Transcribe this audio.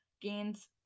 Gains